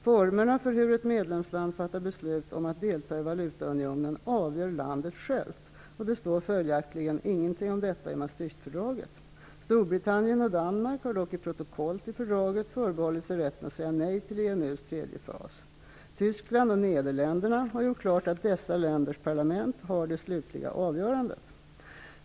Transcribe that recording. Formerna för hur ett medlemsland fattar beslut om att delta i valutaunionen avgör landet självt, och det står följaktligen inget om detta i Maastrichtfördraget. Storbritannien och Danmark har dock i protokoll till fördraget förbehållit sig rätten att säga nej till EMU:s tredje fas. Tyskland och Nederländerna har gjort klart att dessa länders parlament har det slutliga avgörandet.